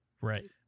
right